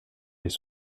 les